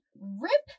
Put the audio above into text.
rip